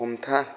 हमथा